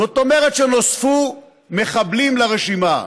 זאת אומרת שנוספו מחבלים לרשימה,